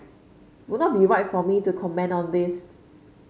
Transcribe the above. would not be right for me to comment on this